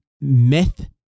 myth